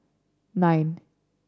nine